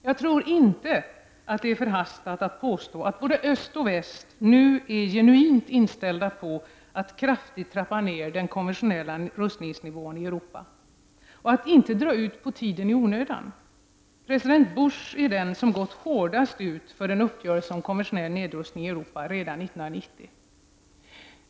Jag tror inte att det är förhastat att påstå att både öst och väst nu är genuint inställda på att kraftigt trappa ned den konventionella rustningsnivån i Europa och att inte dra ut på tiden i onödan. President Bush är den som har gått ut hårdast när det gäller en uppgörelse om konventionell nedrustning i Europa redan 1990.